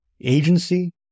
agency